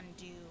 undo